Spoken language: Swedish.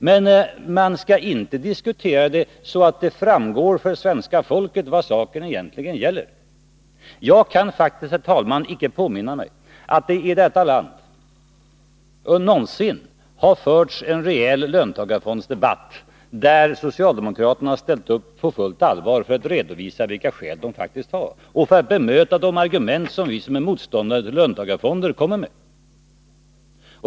Men man skall inte diskutera den så att det framgår för svenska folket vad saken egentligen gäller. Jag kan faktiskt, herr talman, inte påminna mig att det i detta land någonsin har förts en rejäl löntagarfondsdebatt där socialdemokraterna har ställt upp på fullt allvar för att redovisa vilka skäl de faktiskt har eller för att bemöta de argument som vi som är motståndare till låntagarfonder kommer med.